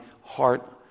heart